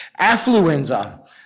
affluenza